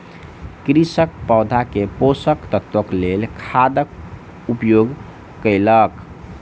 कृषक पौधा के पोषक तत्वक लेल खादक उपयोग कयलक